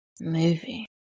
movie